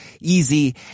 easy